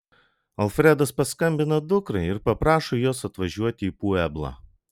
alfredas paskambina dukrai ir paprašo jos atvažiuoti į pueblą